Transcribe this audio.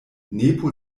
nepo